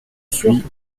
suye